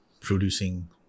producing